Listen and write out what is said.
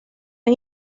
han